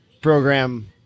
program